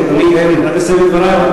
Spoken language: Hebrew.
אני רק אסיים את דברי,